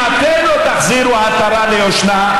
אם אתם לא תחזירו עטרה ליושנה,